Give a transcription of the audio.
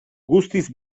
guztiz